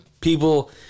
People